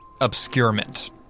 obscurement